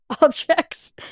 objects